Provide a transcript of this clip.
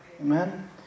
Amen